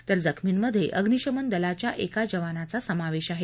तर जखमींमध्ये अग्निशमन दलाच्या एका जवानाचा समावेश आहे